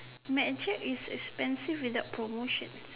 mad Jack is expensive without promotion